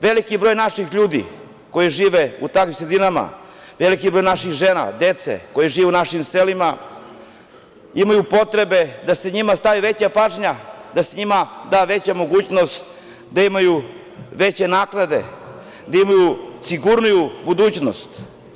Veliki broj naših ljudi koji žive u takvim sredinama, veliki broj naših žena, dece koja žive u našim selima, imaju potrebe da se njima stavi veća pažnja, da se njima da veća mogućnost da imaju veće naknade, da imaju sigurniju budućnost.